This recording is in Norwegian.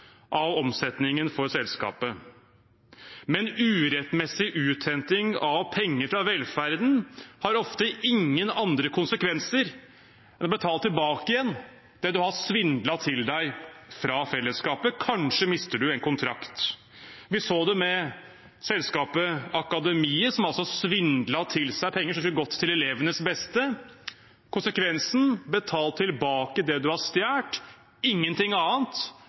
av omsetningen for selskapet, men urettmessig uthenting av penger fra velferden har ofte ingen andre konsekvenser enn å måtte betale tilbake det man har svindlet til seg fra fellesskapet. Kanskje mister man en kontrakt. Vi så det med selskapet Akademiet, som altså svindlet til seg penger som skulle gått til elevenes beste. Konsekvensen: Betal tilbake det du har stjålet. Ingenting annet.